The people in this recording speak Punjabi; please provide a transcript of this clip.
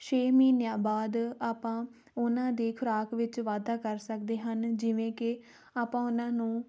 ਛੇ ਮਹੀਨਿਆਂ ਬਾਅਦ ਆਪਾਂ ਉਹਨਾਂ ਦੀ ਖੁਰਾਕ ਵਿੱਚ ਵਾਧਾ ਕਰ ਸਕਦੇ ਹਨ ਜਿਵੇਂ ਕਿ ਆਪਾਂ ਉਹਨਾਂ ਨੂੰ